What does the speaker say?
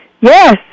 yes